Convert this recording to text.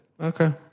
Okay